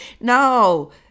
No